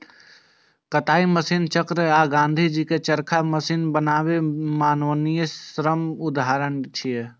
कताइ मशीनक चक्र आ गांधीजी के चरखा मशीन बनाम मानवीय श्रम के उदाहरण छियै